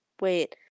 wait